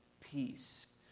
peace